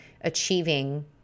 achieving